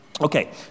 Okay